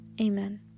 Amen